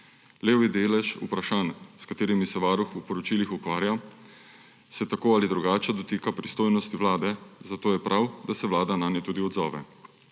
Levji delež vprašanj, s katerimi se Varuh v poročilih ukvarja, se tako ali drugače dotika pristojnosti Vlade, zato je prav, da se Vlada nanje tudi odzove.